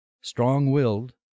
strong-willed